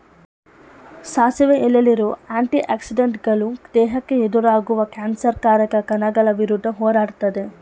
ಸಾಸಿವೆ ಎಲೆಲಿರೋ ಆಂಟಿ ಆಕ್ಸಿಡೆಂಟುಗಳು ದೇಹಕ್ಕೆ ಎದುರಾಗುವ ಕ್ಯಾನ್ಸರ್ ಕಾರಕ ಕಣಗಳ ವಿರುದ್ಧ ಹೋರಾಡ್ತದೆ